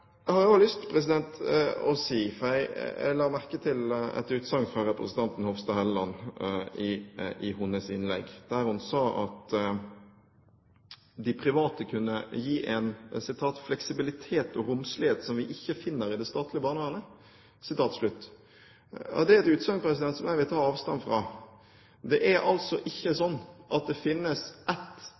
har jeg også lyst til å komme med en kommentar til representanten Hofstad Helleland, som i sitt innlegg sa at de private kunne gi «en fleksibilitet og en romslighet som vi ikke finner i det hele tatt i det statlige barnevernet». Det er et utsagn som jeg vil ta avstand fra. Det er altså ikke sånn at det finnes